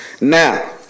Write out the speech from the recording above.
now